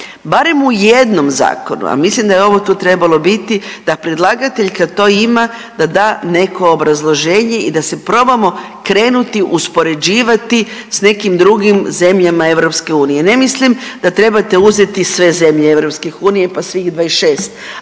barem u jednom zakonu, a mislim da je ovo tu trebalo biti da predlagatelj kad to ima da da neko obrazloženje i da se probamo krenuti uspoređivati s nekim drugim zemljama EU. Ne mislim da trebate uzeti sve zemlje EU pa svih 26,